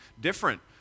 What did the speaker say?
different